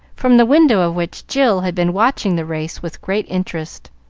from the window of which jill had been watching the race with great interest.